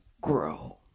grow